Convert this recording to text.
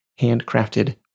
handcrafted